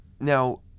Now